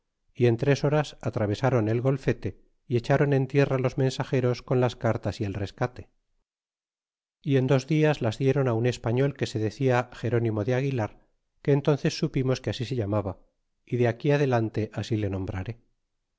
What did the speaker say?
y en tres horas airevesáron el golfete y echáron en tierra los mensageros con las cartas y el rescate y en dos dias las dieron un español que se decia gerónimo de aguilar que entónces supimos que así se llamaba y de aquí adelante así